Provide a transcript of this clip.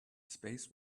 space